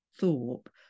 Thorpe